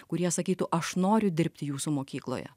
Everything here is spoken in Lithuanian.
kurie sakytų aš noriu dirbti jūsų mokykloje